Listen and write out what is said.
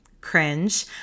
Cringe